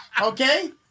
Okay